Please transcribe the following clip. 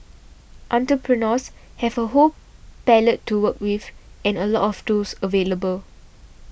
entrepreneurs have a whole palette to work with and a lot of tools available